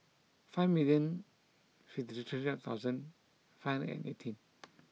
five million fifty three thousand five and eighteen